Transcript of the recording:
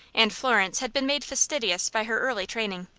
and florence had been made fastidious by her early training.